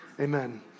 Amen